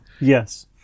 Yes